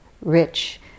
rich